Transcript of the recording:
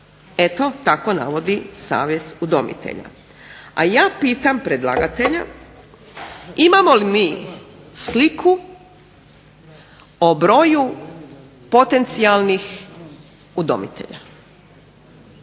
Eto, tako navodi Savez udomitelja. A ja pitam predlagatelja imamo li mi sliku o broju potencijalnih udomitelja?